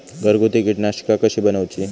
घरगुती कीटकनाशका कशी बनवूची?